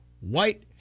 white